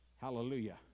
Hallelujah